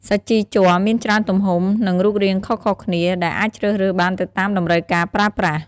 សាជីជ័រមានច្រើនទំហំ និងរូបរាងខុសៗគ្នា ដែលអាចជ្រើសរើសបានទៅតាមតម្រូវការប្រើប្រាស់។